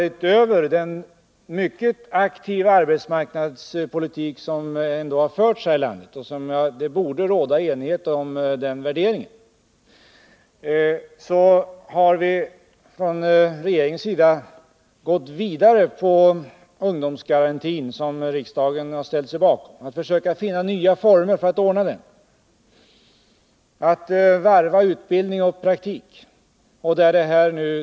Utöver den mycket aktiva arbetsmarknadspolitik som förts här i landet — det borde råda enighet om den värderingen — har vi från regeringens sida gått vidare med ungdomsgarantin som riksdagen ställt sig bakom och försökt finna nya former för att ordna den — att varva utbildning och praktik.